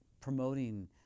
promoting